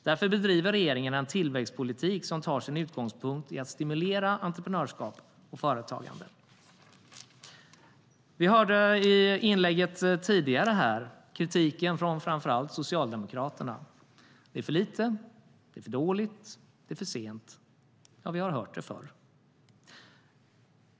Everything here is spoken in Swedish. Därför bedriver regeringen en tillväxtpolitik som tar sin utgångspunkt i att stimulera entreprenörskap och företagande. I tidigare inlägg har vi hört kritik från framför allt Socialdemokraterna. Det är för lite, det är för dåligt och det är för sent. Vi har hört det förr.